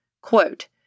Quote